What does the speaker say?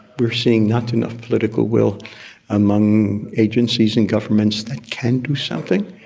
we are seeing not enough political will among agencies in governments that can do something,